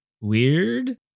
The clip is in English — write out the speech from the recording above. weird